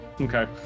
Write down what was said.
Okay